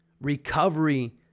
recovery